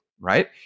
right